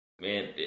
Man